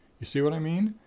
you see what i mean?